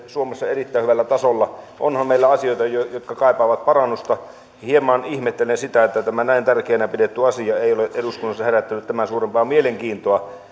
suomessa erittäin hyvällä tasolla onhan meillä asioita jotka kaipaavat parannusta hieman ihmettelen sitä että tämä näin tärkeänä pidetty asia ei ole eduskunnassa herättänyt tämän suurempaa mielenkiintoa